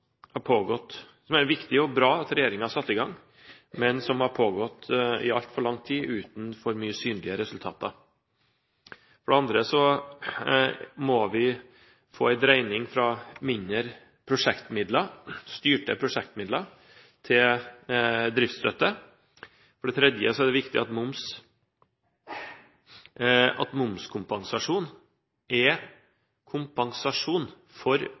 det er viktig og bra at regjeringen har satt i gang, men som har pågått i altfor lang tid uten for mange synlige resultater. For det andre må vi få en dreining fra mindre styrte prosjektmidler til driftsstøtte. For det tredje er det viktig at momskompensasjon er kompensasjon for